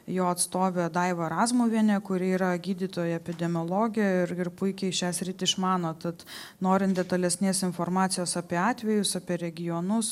jo atstovė daiva razmuvienė kuri yra gydytoja epidemiologė ir ir puikiai šią sritį išmano tad norint detalesnės informacijos apie atvejus apie regionus